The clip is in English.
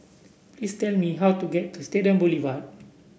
please tell me how to get to Stadium Boulevard